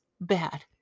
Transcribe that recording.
Bad